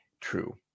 true